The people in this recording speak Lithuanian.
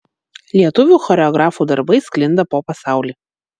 lietuvių choreografų darbai sklinda po pasaulį